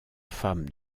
femme